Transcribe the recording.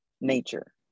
nature